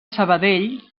sabadell